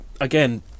again